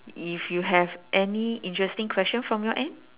if you have any interesting question from your end